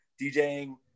djing